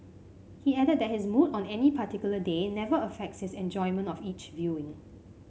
he added that his mood on any particular day never affects his enjoyment of each viewing